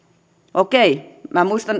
okei minä muistan